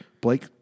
Blake